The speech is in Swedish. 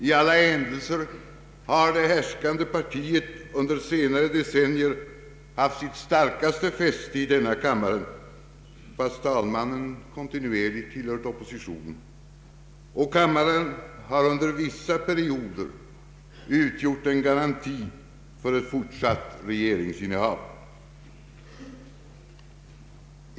I alla händelser har det härskande partiet under senare decennier haft sitt starkaste fäste i denna kammare, fast talmannen kontinuerligt tillhört oppositionen, och kammaren har under vissa perioder utgjort garantin för ett fortsatt regeringsinnehav.